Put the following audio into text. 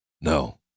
No